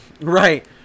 right